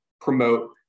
promote